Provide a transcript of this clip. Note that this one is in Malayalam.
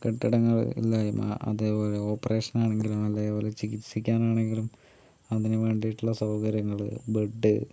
കെട്ടിടങ്ങൾ ഇല്ലായ്മ അതേപോലെ ഓപ്പറേഷൻ ആണെങ്കിലും അതേപോലെ ചികിൽസികാണാനെങ്കിലും അതിനുവേണ്ടിട്ടുള്ള സൗകര്യങ്ങൾ ബെഡ്